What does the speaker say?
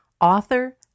author